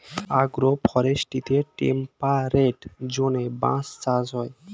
agro ফরেস্ট্রিতে temperate জোনে বাঁশ চাষ হয়